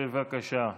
בבקשה.